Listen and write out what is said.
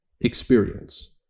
experience